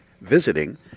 visiting